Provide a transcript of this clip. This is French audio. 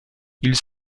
ils